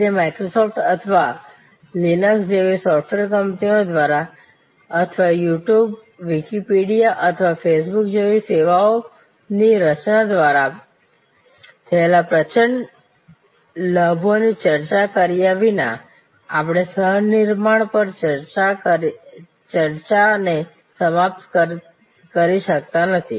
તેથી માઈક્રોસોફ્ટ અથવા લિનક્સ જેવી સોફ્ટવેર કંપનીઓ દ્વારા અથવા યુટ્યુબ વિકિપીડિયા અથવા ફેસબુક જેવી સેવાઓની રચના દ્વારા થયેલા પ્રચંડ લાભોની ચર્ચા કર્યા વિના આપણે સહ નિર્માણ પર ચર્ચાને સમાપ્ત કરી શકતા નથી